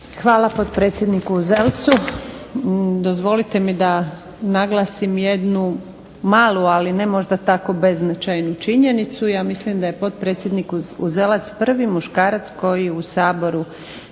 Hvala potpredsjedniku Uzelcu. Dozvolite mi da naglasim jednu malu, ali ne možda tako beznačajnu činjenicu. Ja mislim da je potpredsjednik Uzelac prvi muškarac koji u Saboru